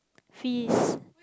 fees